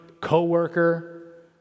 coworker